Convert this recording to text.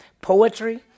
poetry